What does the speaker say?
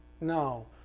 No